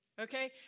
okay